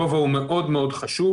גובה הוא מאוד מאוד חשוב,